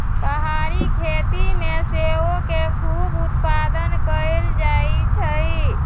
पहारी खेती में सेओ के खूब उत्पादन कएल जाइ छइ